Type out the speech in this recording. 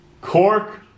Cork